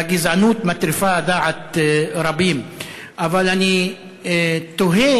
והגזענות מטריפה דעת רבים, אבל אני תוהה,